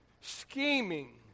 scheming